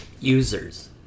users